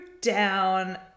down